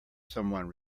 someone